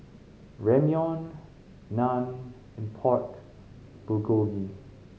Ramyeon Naan and Pork Bulgogi